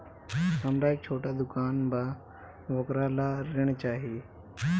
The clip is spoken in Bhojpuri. हमरा एक छोटा दुकान बा वोकरा ला ऋण चाही?